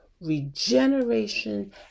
regeneration